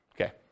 Okay